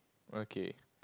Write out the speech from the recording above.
okay